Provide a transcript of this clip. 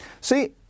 See